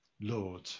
Lord